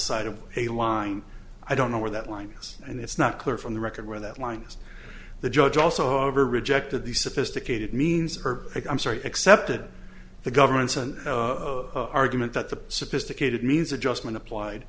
side of a line i don't know where that line is and it's not clear from the record where that line is the judge also rejected these sophisticated means or i'm sorry accepted the government's an argument that the sophisticated means adjustment applied